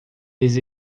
eles